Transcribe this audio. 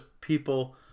people